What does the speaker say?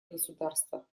государство